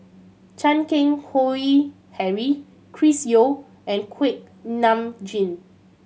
Chan Keng Howe Harry Chris Yeo and Kuak Nam Jin